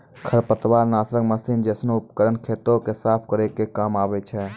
खरपतवार नासक मसीन जैसनो उपकरन खेतो क साफ करै के काम आवै छै